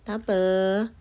tak apa